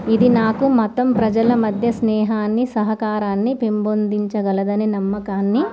ఇది నాకు మతం ప్రజల మధ్య స్నేహాన్ని సహకారాన్ని పెంపొందించగలదని నమ్మకాన్ని